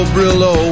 Brillo